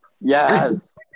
Yes